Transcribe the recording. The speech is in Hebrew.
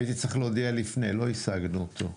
הייתי צריך להודיע לפני, לא השגנו אותו.